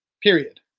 period